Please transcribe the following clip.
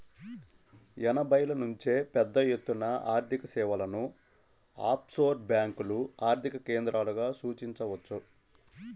ఎనభైల నుంచే పెద్దఎత్తున ఆర్థికసేవలను ఆఫ్షోర్ బ్యేంకులు ఆర్థిక కేంద్రాలుగా సూచించవచ్చు